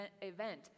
event